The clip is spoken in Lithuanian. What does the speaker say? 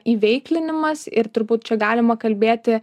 įveiklinimas ir turbūt čia galima kalbėti